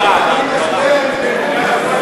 מי אצלכם השר שאחראי להגברה, להגברה?